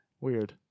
Weird